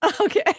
Okay